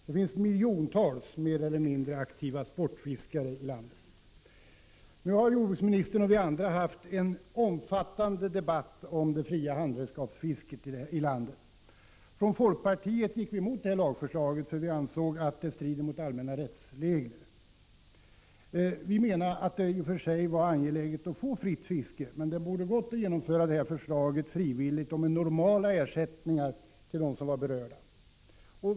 Det finns miljontals mer eller mindre aktiva sportfiskare i Sverige. Jordbruksministern och vi andra har fört en omfattande debatt om det fria handredskapsfisket i landet. Folkpartiet gick emot förslaget om dettas införande, eftersom vi menade att det stred mot allmänna rättsregler. Vi menade att det i och för sig var angeläget att få till stånd ett fritt fiske, men att det borde ha gått att genomföra förslaget därom frivilligt och med normala ersättningar till de berörda.